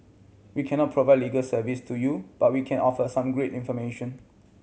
we cannot provide legal advice to you but we can offer some great information